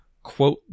Quote